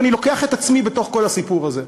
ואני לוקח את עצמי בתוך כל הסיפור הזה,